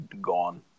gone